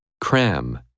cram